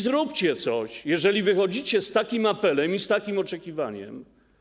Zróbcie coś, jeżeli wychodzicie z takim apelem i z takim oczekiwaniem.